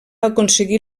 aconseguir